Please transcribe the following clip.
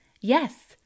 Yes